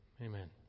Amen